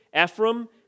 Ephraim